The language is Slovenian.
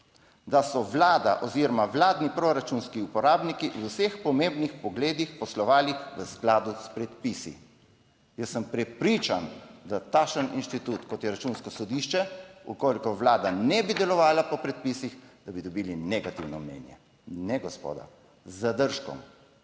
da so Vlada oziroma vladni proračunski uporabniki v vseh pomembnih pogledih poslovali v skladu s predpisi. Jaz sem prepričan, da takšen institut, kot je Računsko sodišče, v kolikor Vlada ne bi delovala po predpisih, da bi dobili negativno mnenje, ne gospoda z zadržkom.